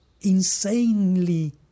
insanely